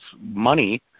money